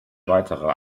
weiterer